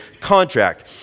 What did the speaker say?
contract